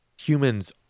humans